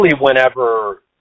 whenever